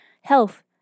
health